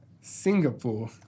Singapore